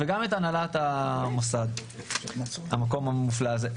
וגם את הנהלת המוסד במקום המופלא הזה.